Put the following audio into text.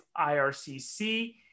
IRCC